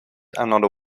another